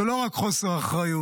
זה לא רק חוסר אחריות,